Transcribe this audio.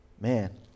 man